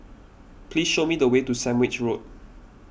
please show me the way to Sandwich Road